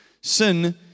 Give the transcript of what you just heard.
Sin